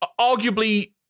arguably